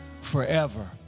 forever